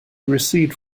recede